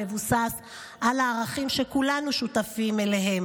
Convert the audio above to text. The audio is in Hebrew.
המבוסס על הערכים שכולנו שותפים להם,